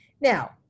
Now